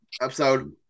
episode